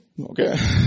Okay